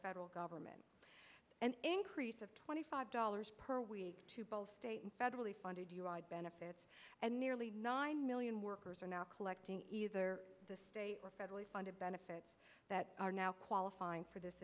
federal government an increase of twenty five dollars per week to both state and federally funded u i benefits and nearly nine million workers are now collecting either the state or federally funded benefits that are now qualifying for this